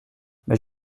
mais